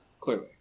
clearly